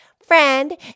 friend